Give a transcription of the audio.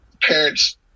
parents